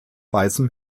weißem